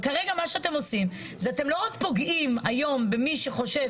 וכרגע מה שאתם עושים הוא שאתם לא רק פוגעים היום במי שחושב